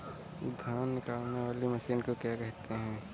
धान निकालने वाली मशीन को क्या कहते हैं?